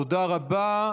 תודה רבה.